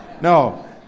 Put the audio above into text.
No